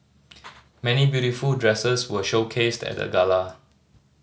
many beautiful dresses were showcased at the gala